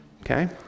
Okay